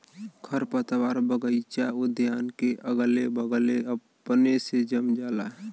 खरपतवार बगइचा उद्यान के अगले बगले अपने से जम जाला